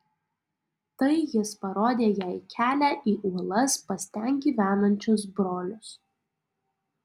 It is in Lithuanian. tai jis parodė jai kelią į uolas pas ten gyvenančius brolius